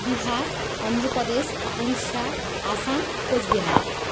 Bihar Andhra Pradesh Orissa Assam Cooch Behar